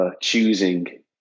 choosing